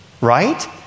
Right